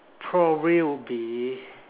probably would be